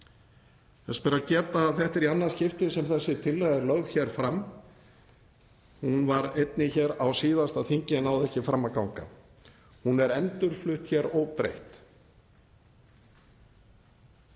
Þess ber að geta að þetta er í annað skipti sem þessi tillaga er lögð hér fram. Hún var einnig lögð fram á síðasta þingi en náði ekki fram að ganga. Hún er endurflutt hér óbreytt.